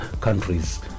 countries